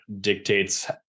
dictates –